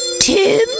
Tim